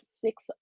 six